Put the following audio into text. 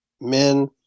men